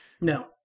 No